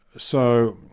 so,